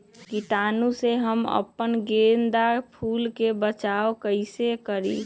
कीटाणु से हम अपना गेंदा फूल के बचाओ कई से करी?